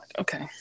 okay